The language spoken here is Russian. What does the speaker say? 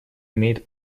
имеет